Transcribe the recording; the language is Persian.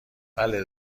بله